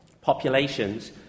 populations